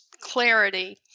clarity